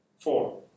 four